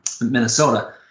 Minnesota